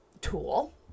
tool